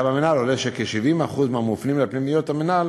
במינהל עולה שכ-70% מהמופנים לפנימיות המינהל